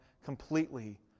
completely